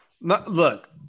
Look